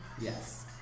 Yes